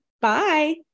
Bye